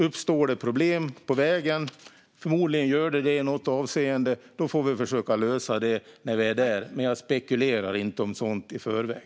Uppstår det problem på vägen - det gör det förmodligen i något avseende - får vi försöka lösa det när vi är där, men jag spekulerar inte om sådant i förväg.